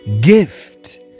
Gift